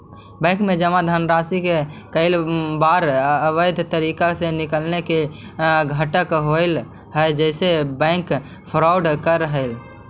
bank में जमा धनराशि के कईक बार अवैध तरीका से निकाले के घटना होवऽ हइ जेसे बैंक फ्रॉड करऽ हइ